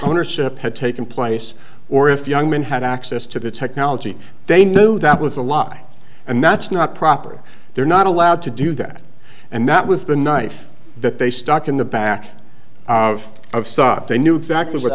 wnership had taken place or if young men had access to the technology they knew that was a lie and that's not proper they're not allowed to do that and that was the knife that they stuck in the back of of sop they knew exactly what